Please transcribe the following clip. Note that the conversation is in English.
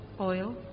oil